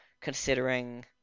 considering